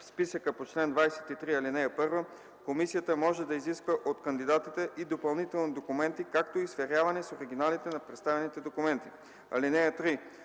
списъка по чл. 23, ал.1 комисията може да изисква от кандидатите и допълнителни документи, както и сверяване с оригиналите на представените документи. (3)